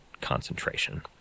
concentration